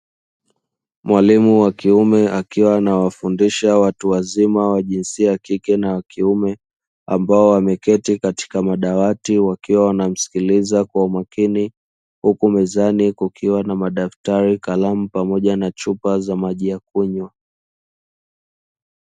Mwalimu wa kiume akiwa anawafundisha watu wazima wa jinsia ya kike na kiume, ambao wameketi katika madawati wakiwa wanamsikiliza kwa umakini, huku mezani kukiwa na madaftari, kalamu pamoja na chupa za maji ya kunywa.